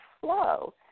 flow